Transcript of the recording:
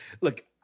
look